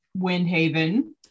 Windhaven